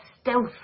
stealth